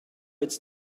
its